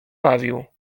bawił